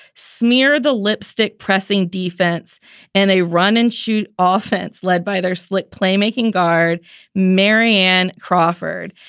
smeared the lipstick, pressing defense and a run and shoot offense led by their slick playmaking guard marijan crawford.